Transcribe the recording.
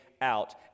out